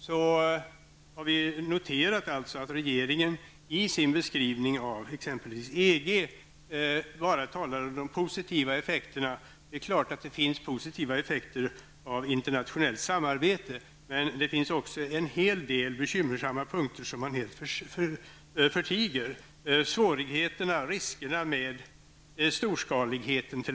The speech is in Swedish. Vi har noterat att regeringen i sin beskrivning av t.ex. EG bara talar om de positiva effekterna. Det är klart att det finns positiva effekter av internationellt samarbete. Men det finns också en hel del bekymmersamma punkter som man helt förtiger. Det gäller svårigheterna och riskerna med storskaligheten.